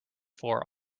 fore